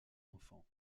enfants